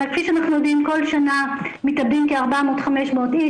אבל כפי שאנחנו יודעים כל שנה מתאבדים כ-400-500 איש,